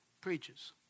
preaches